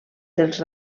dels